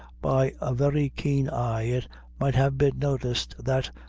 by a very keen eye, it might have been noticed that,